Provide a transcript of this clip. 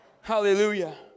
hallelujah